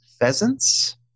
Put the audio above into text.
pheasants